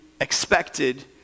expected